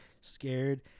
scared